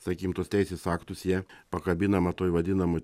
sakykim tuos teisės aktus jie pakabinama toj vadinamoj